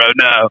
No